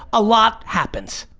a lot happens,